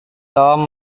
tom